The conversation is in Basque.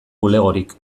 bulegorik